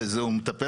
ככלל,